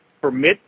permit